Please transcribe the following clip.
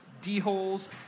D-Holes